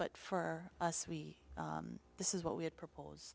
but for us we this is what we had propose